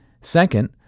Second